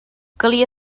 calia